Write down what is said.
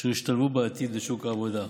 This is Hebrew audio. אשר ישתלבו בעתיד בשוק העבודה.